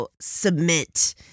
submit